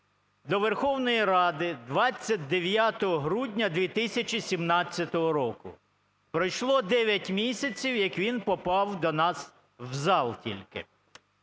до Верховної Ради 29 грудня 2017 року. Пройшло 9 місяців, як він попав до нас в зал тільки.